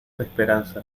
esperanza